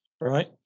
Right